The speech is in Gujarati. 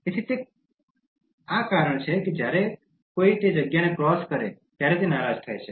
તેથી તે કારણ છે કે જ્યારે કોઈ તે જગ્યાને ક્રોસ કરે છે ત્યારે તે નારાજ થાય છે